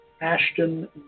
Ashton